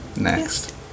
next